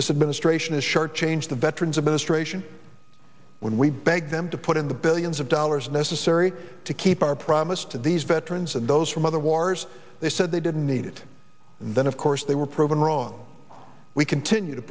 this administration is short changed the veterans administration when we begged them to put in the billions of dollars necessary to keep our promise to these veterans and those from other wars they said they didn't need and then of course they were proven wrong we continue to